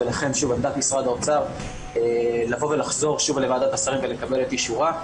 ולכן עמדת משרד האוצר היא לחזור לוועדת השרים ולקבל את אישורה.